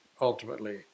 ultimately